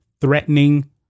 threatening